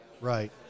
Right